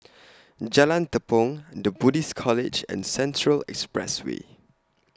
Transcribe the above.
Jalan Tepong The Buddhist College and Central Expressway